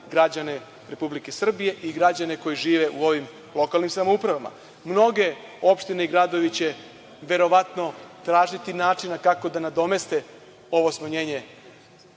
građane Republike Srbije i građane koji žive u ovim lokalnim samoupravama. Mnoge opštine i gradovi će verovatno tražiti način kako da nadomeste ovo smanjenje